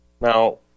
Now